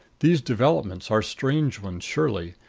these developments are strange ones surely,